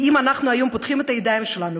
כי אם אנחנו היום פותחים את הידיים שלנו